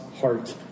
heart